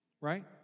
right